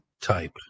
type